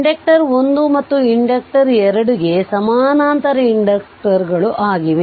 inductor 1 ಮತ್ತು inductor 2 ಗೆ ಸಮಾನಾಂತರ ಇಂಡಕ್ಟರುಗಳಾಗಿವೆ